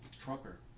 trucker